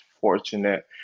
fortunate